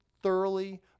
Thoroughly